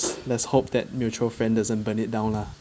let's hope that mutual friend doesn't burn it down lah